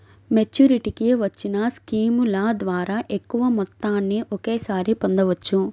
మెచ్యూరిటీకి వచ్చిన స్కీముల ద్వారా ఎక్కువ మొత్తాన్ని ఒకేసారి పొందవచ్చు